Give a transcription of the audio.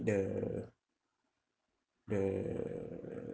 the the